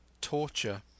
torture